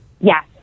Yes